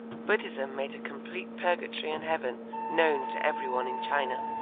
buddhism made a complete purgatory and heaven known to every one in china.